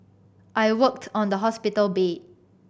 I worked on the hospital bed